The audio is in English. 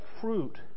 fruit